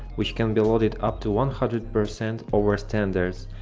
which can be loaded up to one hundred percent over standards,